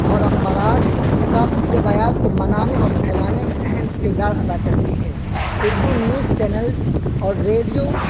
اور اخبارات ثقافتی روایات کو منانے اور پھیلانے میں اہم کردار ادا کرتی ہے اردو نیوز چینلس اور ریڈیو